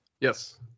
Yes